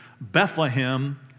Bethlehem